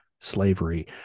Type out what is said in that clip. slavery